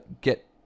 get